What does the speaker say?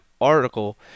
article